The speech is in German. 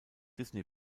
disney